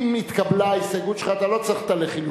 אם התקבלה ההסתייגות שלך אתה לא צריך את החלופין.